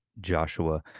joshua